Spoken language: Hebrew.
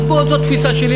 זו תפיסה שלי,